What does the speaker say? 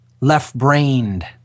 left-brained